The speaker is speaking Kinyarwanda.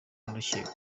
n’urukiko